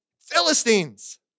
Philistines